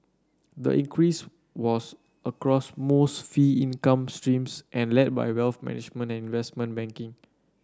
the increase was across most fee income streams and led by wealth management and investment banking